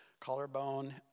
collarbone